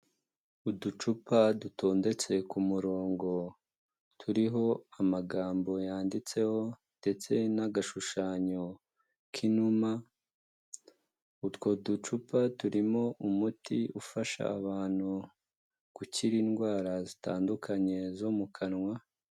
Uducupa dutondetse ku murongo turiho amagambo yanditseho ndetse n'agashushanyo k'inuma. Utwo ducupa turimo umuti ufasha abantu gukira indwara zitandukanye zo mu kanwa.